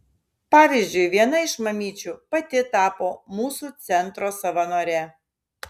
pavyzdžiui viena iš mamyčių pati tapo mūsų centro savanore